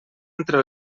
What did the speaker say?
entre